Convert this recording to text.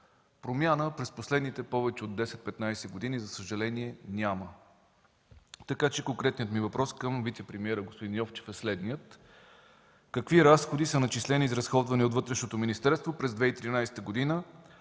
промяна през последните 10-15 години, за съжаление, няма. Конкретният ми въпрос към вицепремиера господин Йовчев е следният: какви разходи са начислени и изразходвани от Вътрешното министерство през 2013 г.